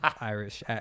Irish